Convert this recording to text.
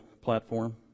platform